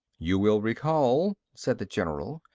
you will recall, said the general,